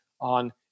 on